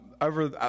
over